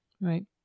Right